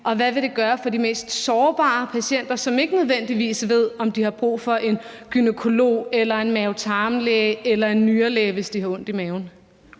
til overbehandling og for de mest sårbare patienter, som ikke nødvendigvis ved, om de har brug for gynækolog eller en mave-tarm-læge eller en nyrelæge, hvis de har ondt i maven?